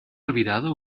olvidado